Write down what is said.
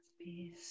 peace